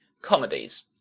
comedies